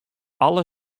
alle